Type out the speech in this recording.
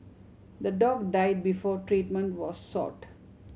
the dog died before treatment was sought